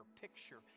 picture